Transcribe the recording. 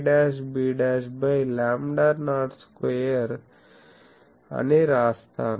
25 ab by lambda naught స్క్వేర్అని రాస్తాను